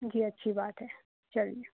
جی اچھی بات ہے چلیے